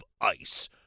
ice